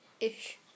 Ish